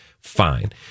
Fine